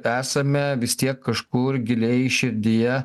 esame vis tiek kažkur giliai širdyje